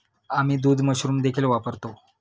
आम्ही दूध मशरूम देखील वापरतो